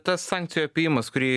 tas sankcijų apėjimas kurį